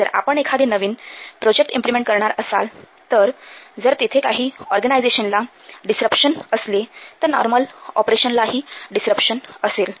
जर आपण एखादे नवीन प्रोजेक्ट इम्प्लिमेंट करणार असाल तर जर तेथे काही ऑर्गनायझेशनला डिसरपशन असले तर नॉर्मल ऑपेरेशनलाही डिसरपशन असेल